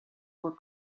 were